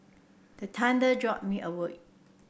the thunder jolt me awake